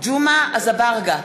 ג'מעה אזברגה,